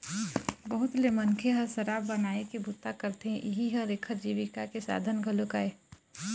बहुत ले मनखे ह शराब बनाए के बूता करथे, इहीं ह एखर जीविका के साधन घलोक आय